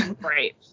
Right